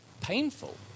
painful